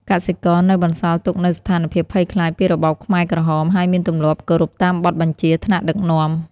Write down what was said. កសិករនៅបន្សល់ទុកនូវស្ថានភាពភ័យខ្លាចពីរបបខ្មែរក្រហម ហើយមានទម្លាប់គោរពតាមបទបញ្ជាថ្នាក់ដឹកនាំ។។